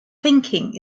thinking